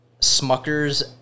smuckers